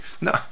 no